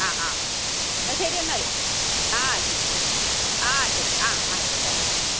ആ ആ എന്നാൽ ശരി എന്നാൽ ആ ശരി ശരി ആ ശരി ആ ആയിക്കോട്ടെ ആയിക്കോട്ടെ ആ